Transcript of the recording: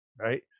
Right